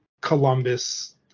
Columbus